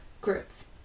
groups